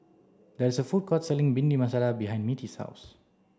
there is a food court selling Bhindi Masala behind Mittie's house